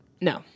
No